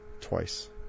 twice